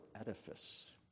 edifice